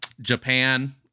Japan